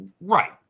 Right